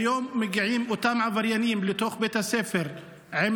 והיום מגיעים אותם עבריינים לתוך בית הספר עם